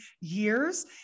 years